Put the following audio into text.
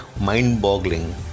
mind-boggling